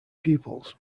pupils